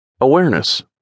awareness